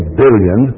billion